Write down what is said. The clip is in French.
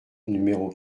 numéro